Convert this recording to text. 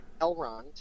Elrond